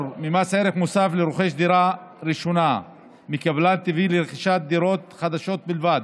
ממס ערך מוסף לרוכש דירה ראשונה מקבלן יביא לרכישות של דירות חדשות בלבד,